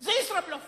זה ישראבלוף.